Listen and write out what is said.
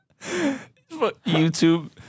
YouTube